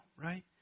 right